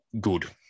good